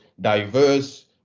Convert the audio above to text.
diverse